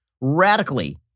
radically